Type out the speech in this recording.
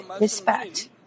respect